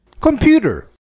Computer